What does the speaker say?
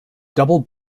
double